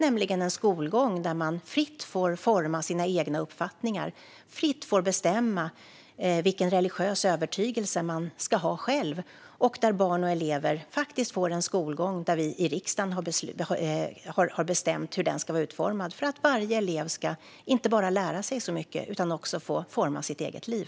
Det är en skolgång där de fritt får forma sina egna uppfattningar och fritt får bestämma vilken religiös övertygelse de själva ska ha och där barn och elever får en skolgång där vi i riksdagen har bestämt hur den ska vara utformad för att varje elev inte bara ska lära sig så mycket som möjligt utan också få forma sitt eget liv.